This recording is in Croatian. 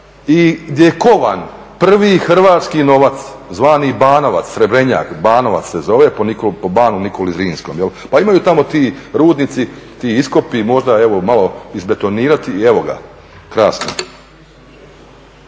je kovan prvi hrvatski novac zvani banovac, srebrenjak, banovac se zove po banu Nikoli Zrinskom. Pa imaju tamo ti rudnici, ti iskopi, možda evo malo izbetonirati i evo ga, krasno.